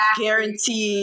guaranteed